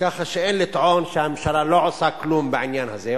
כך שאין לטעון שהממשלה לא עושה כלום בעניין הזה.